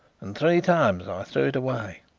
and three times i threw it away.